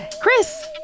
Chris